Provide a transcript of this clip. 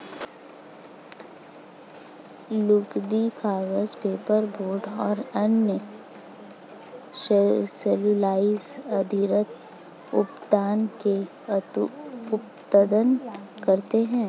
लुगदी, कागज, पेपरबोर्ड और अन्य सेलूलोज़ आधारित उत्पादों का उत्पादन करती हैं